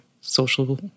social